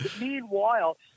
Meanwhile